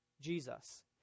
Jesus